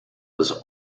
was